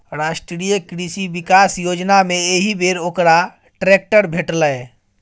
राष्ट्रीय कृषि विकास योजनामे एहिबेर ओकरा ट्रैक्टर भेटलै